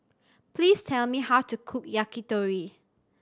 please tell me how to cook Yakitori